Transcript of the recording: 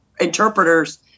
interpreters